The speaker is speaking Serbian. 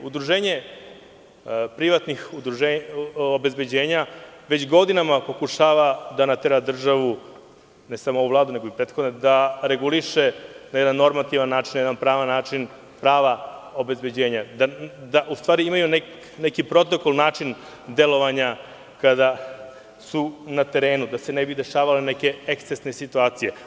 Udruženje privatnih obezbeđenja već godinama pokušava da natera državu, ne samo ovu Vladu, već i prethodne, da reguliše na jedan normativan način, pravni način prava obezbeđenja, da u stvari imaju neki protokol, način delovanja kada su na terenu, da se ne bi dešavale neke ekscesne situacije.